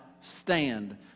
stand